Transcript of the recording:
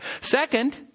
Second